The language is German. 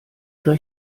oder